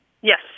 Yes